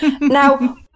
Now